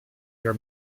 your